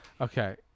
Okay